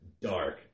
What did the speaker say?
dark